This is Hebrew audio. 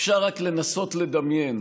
אפשר רק לנסות לדמיין